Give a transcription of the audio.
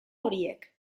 horiek